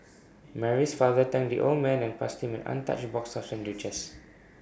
Mary's father thanked the old man and passed him an untouched box of sandwiches